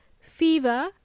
fever